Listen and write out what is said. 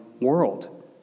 world